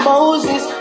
Moses